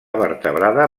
vertebrada